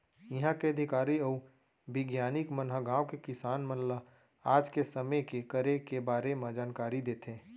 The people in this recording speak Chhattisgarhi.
इहॉं के अधिकारी अउ बिग्यानिक मन ह गॉंव के किसान मन ल आज के समे के करे के बारे म जानकारी देथे